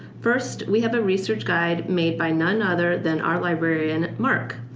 first, we have a research guide made by none other than our librarian, mark,